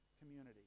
community